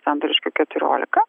santariškių keturiolika